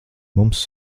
mums